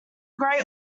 great